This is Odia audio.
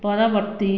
ପରବର୍ତ୍ତୀ